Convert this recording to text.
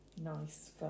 nice